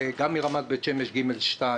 גם מרמת בית שמש ג'2,